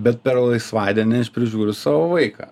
bet per laisvadienį aš prižiūriu savo vaiką